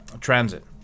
transit